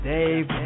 Dave